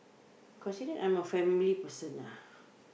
considered I'm a family person ah